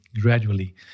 gradually